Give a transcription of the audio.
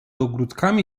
ogródkami